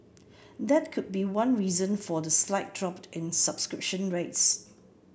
that could be one reason for the slight drop in subscription rates